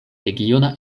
regiona